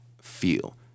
feel